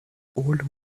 old